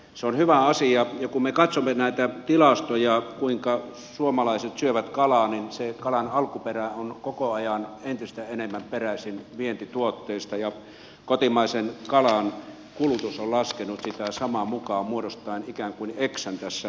se on hyvä asia ja kun me katsomme näitä tilastoja kuinka suomalaiset syövät kalaa niin se kalan alkuperä on koko ajan entistä enemmän peräisin vientituotteista ja kotimaisen kalan kulutus on laskenut samaa mukaa muodostaen ikään kuin xn tässä tilastossa